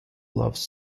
bluffs